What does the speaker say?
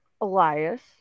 Elias